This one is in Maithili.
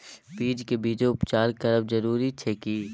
बीज के बीजोपचार करब जरूरी अछि की?